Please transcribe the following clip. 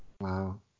Wow